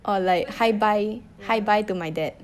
orh like hi bye hi bye to my dad